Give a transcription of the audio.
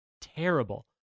terrible